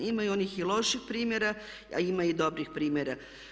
Ima i onih i loših primjera a ima i dobrih primjera.